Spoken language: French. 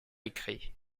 écrit